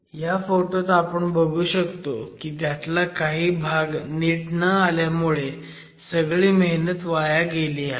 ह्या फोटोत आपण बघू शकतो की त्यातला काही भाग नीट बाहेर न आल्यामुळे सगळी मेहनत वाया गेली आहे